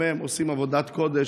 גם הם עושים עבודת קודש,